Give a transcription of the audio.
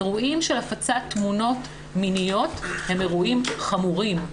אירועים של הפצת תמונות מיניות הם אירועים חמורים,